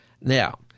Now